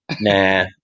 Nah